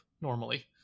normally